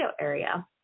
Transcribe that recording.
area